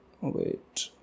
wait